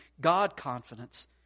God-confidence